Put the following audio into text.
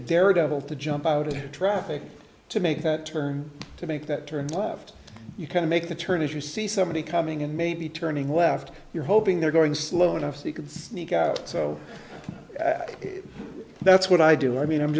daredevil to jump out of traffic to make that turn to make that turn left you kind of make the turn if you see somebody coming in maybe turning left you're hoping they're going slow enough so you can sneak out so that's what i do i mean i'm